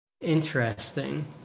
Interesting